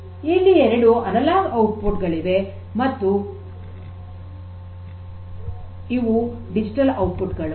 ಇಲ್ಲಿ ಎರಡು analogue output ಗಳಿವೆ ಮತ್ತು ಇವು ಡಿಜಿಟಲ್ ಔಟ್ ಪುಟ್ ಗಳು